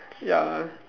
ya